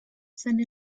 seine